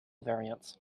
variants